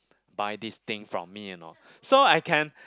buy this thing from me or not so I can